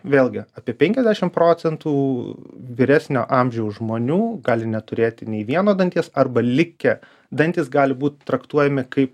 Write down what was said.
vėlgi apie penkiadešim procentų vyresnio amžiaus žmonių gali neturėti nei vieno danties arba likę dantys gali būt traktuojami kaip